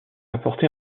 apporté